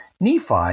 Nephi